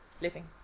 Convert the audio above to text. living